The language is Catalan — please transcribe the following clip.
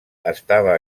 estava